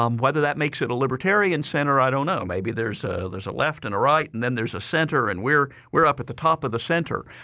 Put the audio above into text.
um whether that makes it a libertarian center, i don't know. maybe there's a there's a left and a right and then there's a center and we're we're up at the top of the center.